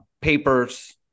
papers